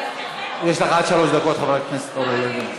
יש לך עד שלוש דקות, חברת הכנסת אורלי לוי.